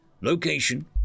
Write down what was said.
Location